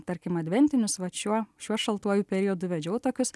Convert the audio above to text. tarkim adventinius vat šiuo šiuo šaltuoju periodu vedžiau tokius